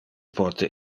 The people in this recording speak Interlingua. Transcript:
pote